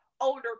older